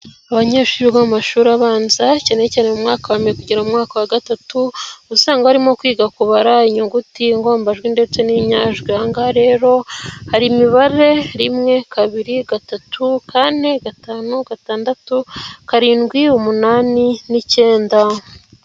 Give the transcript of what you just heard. Abanyeshuri bo mu mashuri abanza cyane cyane mu mwaka wa mbere kugera mu mwaka wa gatatu usanga barimo kwiga kubara inyuguti,i ngombajwi, ndetse n'inyajwi, aha ngaha rero hari imibare rimwe, kabiri, gatatu, kane, gatanu, gatandatu, karindwi, umunani n'icyenda.